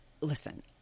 listen